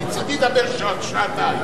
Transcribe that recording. מצדי, דבר שעתיים.